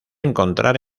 encontrar